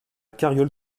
carriole